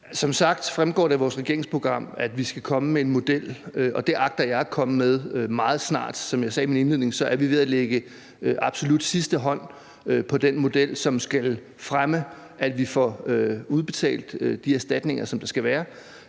Som sagt fremgår det af vores regeringsprogram, at vi skal komme med en model, og det agter jeg at komme med meget snart. Som jeg sagde i min indledning, er vi ved at lægge absolut sidste hånd på den model, som skal fremme, at vi får udbetalt de erstatninger, som der skal være.